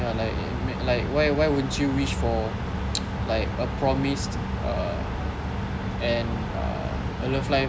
ya like like why why won't you wish for like a promised err and err a love life